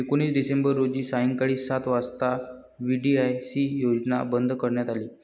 एकोणीस डिसेंबर रोजी सायंकाळी सात वाजता व्ही.डी.आय.सी योजना बंद करण्यात आली